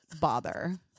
bother